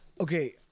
Okay